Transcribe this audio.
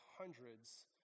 hundreds